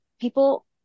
people